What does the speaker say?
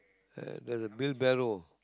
uh there's a wheel barrow